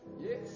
Yes